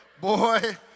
boy